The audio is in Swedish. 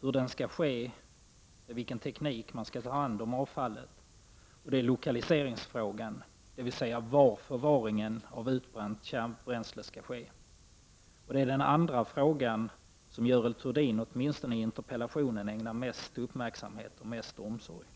hur den skall ske och med vilken teknik man skall ta hand om avfallet, och det är lokaliseringsfrågan, dvs. var förvaringen av utbränt kärnbränsle skall ske. Det är den andra frågan som Görel Thurdin, åtminstone i interpellationen, ägnar mest uppmärksamhet och omsorg.